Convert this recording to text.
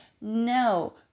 no